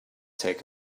take